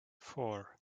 four